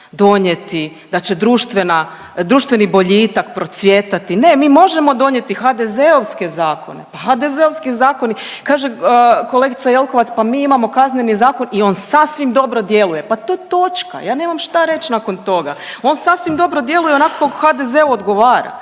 društveni boljitak procvjetati. Ne, mi možemo donijeti HDZ-ovse zakone, pa HDZ-ovski zakoni, kaže kolegica Jelkovac, pa mi imamo Kazneni zakon i on sasvim dobro djeluje. Pa tu je točka, ja nemam šta reć nakon toga. On sasvim dobro djeluje onako kako HDZ-u odgovara.